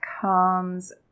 comes